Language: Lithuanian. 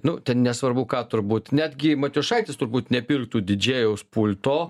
nu ten nesvarbu ką turbūt netgi matijošaitis turbūt nepirktų didžėjaus pulto